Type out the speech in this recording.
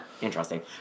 Interesting